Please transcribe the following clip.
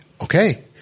okay